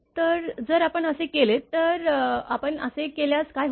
तर जर आपण असे केले तर आपण असे केल्यास काय होईल